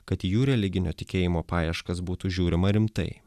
kad į jų religinio tikėjimo paieškas būtų žiūrima rimtai